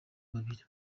babiri